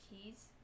keys